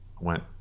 Went